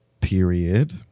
Period